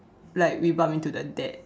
like we bumped into the dad